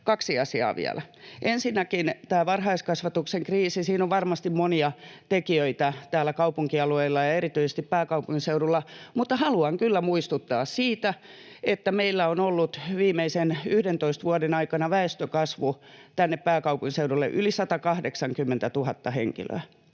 kaksi asiaa vielä. Ensinnäkin tämä varhaiskasvatuksen kriisi: Siinä on varmasti monia tekijöitä täällä kaupunkialueilla ja erityisesti pääkaupunkiseudulla. Mutta haluan kyllä muistuttaa siitä, että meillä on ollut viimeisen 11 vuoden aikana väestönkasvu tänne pääkaupunkiseudulle yli 180 000 henkilöä,